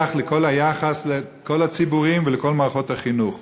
לכל היחס לכל הציבורים ולכל מערכות החינוך.